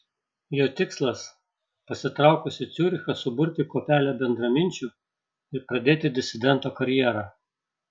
jo tikslas pasitraukus į ciurichą suburti kuopelę bendraminčių ir pradėti disidento karjerą